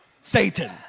Satan